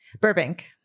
Burbank